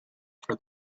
for